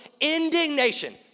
indignation